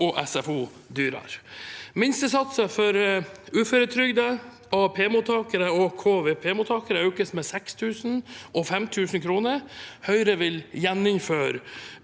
og SFO dyrere. Minstesatser for uføretrygdede, AAP-mottakere og KVP-mottakere økes med 6 000 kr og 5 000 kr. Høyre vil gjeninnføre